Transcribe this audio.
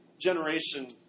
generation